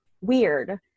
weird